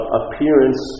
appearance